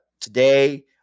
Today